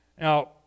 now